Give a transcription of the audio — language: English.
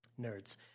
Nerds